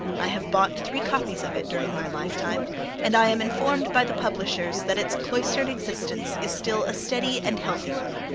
i have bought three copies of it during my lifetime and i am informed by the publishers that its cloistered existence is still a steady and healthy one.